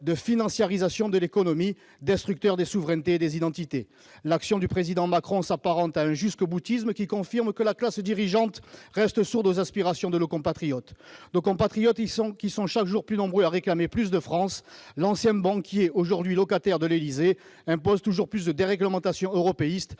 de financiarisation de l'économie, destructeur des souverainetés et des identités. L'action du Président Macron s'apparente à un jusqu'au-boutisme qui confirme que la classe dirigeante reste sourde aux aspirations de nos compatriotes, lesquels sont chaque jour plus nombreux à réclamer plus de France. L'ancien banquier, aujourd'hui locataire de l'Élysée, impose toujours plus de déréglementation européiste,